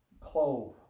clove